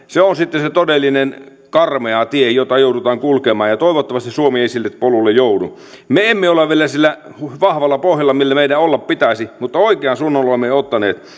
se on on sitten se todellinen karmea tie jota joudutaan kulkemaan ja toivottavasti suomi ei sille polulle joudu me emme ole vielä sillä vahvalla pohjalla millä meidän olla pitäisi mutta oikean suunnan olemme jo ottaneet